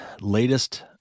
latest